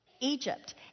Egypt